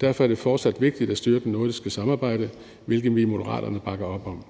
Derfor er det fortsat vigtigt at styrke det nordiske samarbejde, hvilket vi i Moderaterne bakker op om.